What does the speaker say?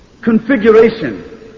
configuration